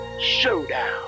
Showdown